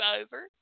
over